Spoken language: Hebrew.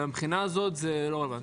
לכן, מהבחינה הזו זה לא רלוונטי.